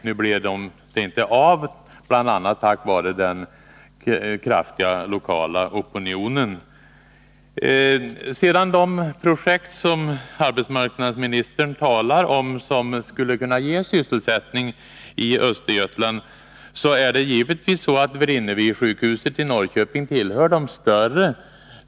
Nu blev det inte av, bl.a. tack vare den kraftiga lokala opinionen. När det gäller de projekt som arbetsmarknadsministern menar skulle kunna ge sysselsättning i Östergötland hör givetvis Vrinnevisjukhuset i Norrköping till de större.